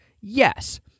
Yes